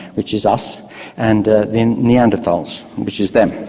which is us and the the neanderthals, which is them.